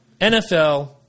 NFL